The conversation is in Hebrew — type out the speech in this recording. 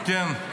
כן.